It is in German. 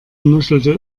nuschelte